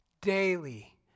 daily